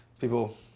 People